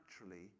naturally